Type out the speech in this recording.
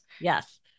Yes